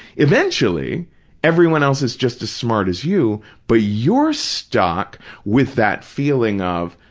eventually everyone else is just as smart as you but you're stuck with that feeling of,